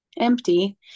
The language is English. empty